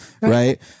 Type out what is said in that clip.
Right